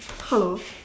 hello